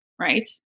right